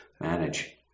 manage